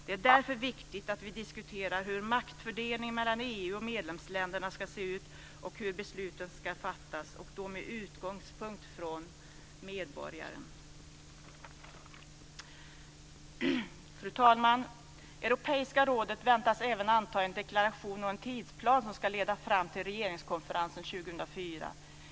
Det är därför viktigt att vi diskuterar hur maktfördelningen mellan EU och medlemsländerna ska se ut och hur besluten ska fattas, och då med medborgaren som utgångspunkt. Fru talman! Europeiska rådet väntas även anta en deklaration och en tidsplan som ska leda fram till regeringskonferensen 2004.